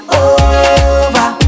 over